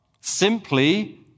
simply